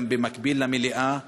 במקביל למליאה,